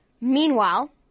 Meanwhile